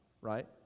right